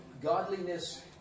godliness